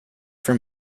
for